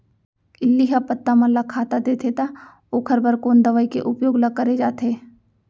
इल्ली ह पत्ता मन ला खाता देथे त ओखर बर कोन दवई के उपयोग ल करे जाथे?